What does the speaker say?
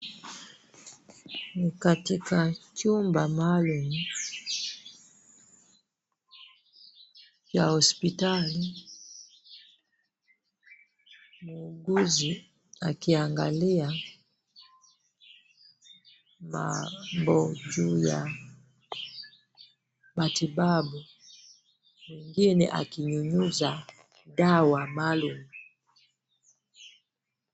Ni katika chumba maalum ya hospitali. Muuguzi akiangalia mambo juu ya matibabu mwingine akinyunyuza dawa maalum.